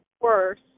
worse